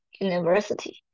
University